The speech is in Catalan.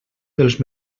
dels